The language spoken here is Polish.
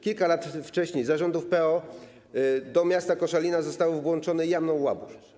Kilka lat wcześniej, za rządów PO, do miasta Koszalina zostały włączone Jamno i Łabusz.